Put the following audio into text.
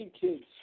kids